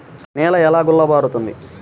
నేల ఎలా గుల్లబారుతుంది?